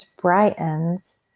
brightens